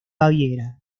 baviera